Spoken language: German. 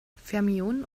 fermionen